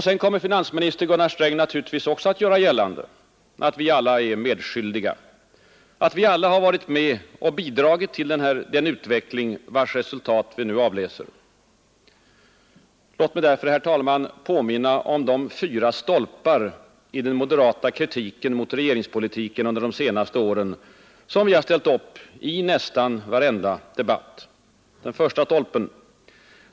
Sedan kommer finansminister Gunnar Sträng naturligtvis också att göra gällande att vi alla är medskyldiga, att vi alla varit med och bidragit till den utveckling vars resultat vi nu avläser. Låt mig därför, herr talman, påminna om de fyra stolpar i den moderata kritiken mot regeringspolitiken under de senaste åren som vi ställt upp i nästan varenda debatt. 1.